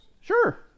Sure